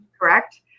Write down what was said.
correct